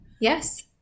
Yes